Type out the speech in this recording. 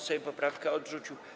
Sejm poprawkę odrzucił.